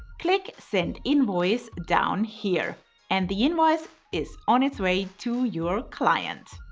click send invoice down here and the invoice is on its way to your client.